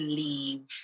leave